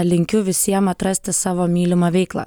linkiu visiem atrasti savo mylimą veiklą